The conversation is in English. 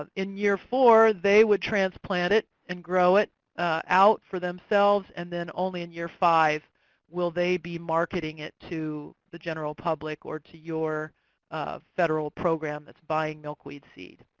um in year four, they would transplant it and grow it out for themselves. and then only in year five will they be marketing it to the general public or to your um federal program that's buying milkweed seed.